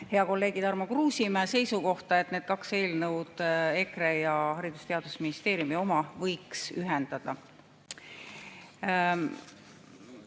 hea kolleegi Tarmo Kruusimäe seisukohta, et need kaks eelnõu, EKRE ning Haridus‑ ja Teadusministeeriumi oma, võiks ühendada.Me